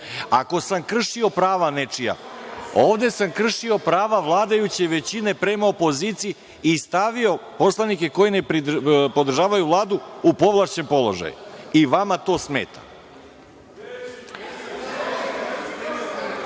sam kršio prava nečija, ovde sam kršio prava vladajuće većine prema opoziciji i stavio poslanike koji ne podržavaju Vladu u povlašćeni položaj, i vama to smeta.(Saša